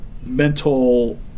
mental